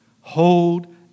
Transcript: Hold